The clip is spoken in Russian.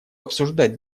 обсуждать